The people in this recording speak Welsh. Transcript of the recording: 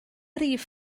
rif